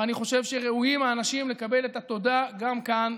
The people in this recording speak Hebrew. ואני חושב שהאנשים ראויים לקבל את התודה גם כאן,